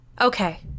Okay